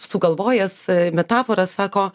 sugalvojęs metaforą sako